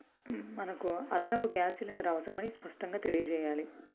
మనకు అదనపు gas cylinder అవసరమని స్పష్టంగా తెలియజేయాలి